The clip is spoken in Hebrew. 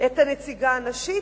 את הנציגה הנשית,